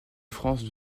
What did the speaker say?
france